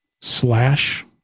Slash